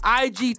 IG